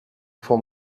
for